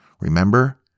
Remember